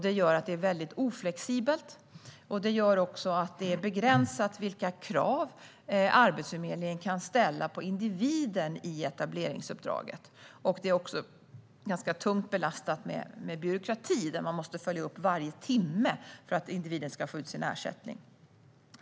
Det gör att det är mycket oflexibelt, och det gör också att det är begränsat i etableringsuppdraget vilka krav Arbetsförmedlingen kan ställa på individen. Det är också ganska tungt belastat med byråkrati där man måste följa upp varje timme för att individen ska få ut sin ersättning.